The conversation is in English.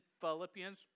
Philippians